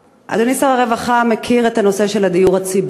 אדוני שר הרווחה מכיר את הנושא של הדיור הציבורי,